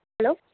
hello